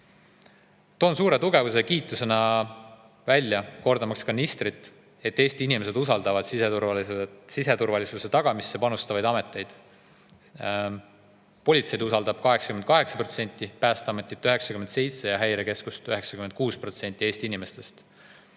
suure tugevuse ja kiitusena välja, korrates ka ministrit, et Eesti inimesed usaldavad siseturvalisuse tagamisse panustavaid ameteid: politseid usaldab 88%, Päästeametit 97% ja Häirekeskust 96% Eesti inimestest.